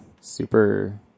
Super